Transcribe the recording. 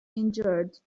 injured